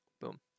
boom